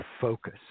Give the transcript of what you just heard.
focus